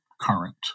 current